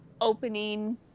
opening